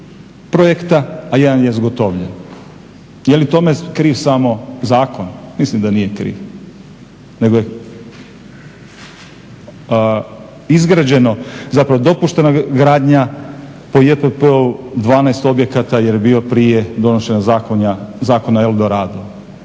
projekta a 1 je zgotovljen. Je li tome kriv samo zakon? Mislim da nije kriv nego je izgrađeno, zapravo dopuštena gradnja 12 objekata jer je bilo prije donošenja zakona el dorado.